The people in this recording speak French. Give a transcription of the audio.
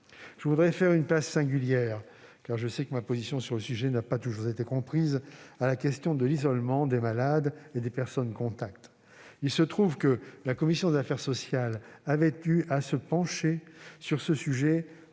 Je souhaite faire une place singulière- car je sais que ma position sur le sujet n'a pas toujours été comprise -à la question de l'isolement des malades et des personnes contacts. Il se trouve que la commission des affaires sociales avait eu à se pencher sur ce sujet